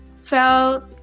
felt